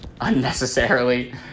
unnecessarily